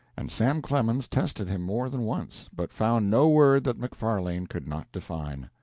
and sam clemens tested him more than once, but found no word that macfarlane could not define.